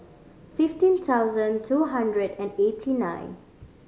fifteen thousand two hundred and eighty nine